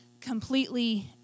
completely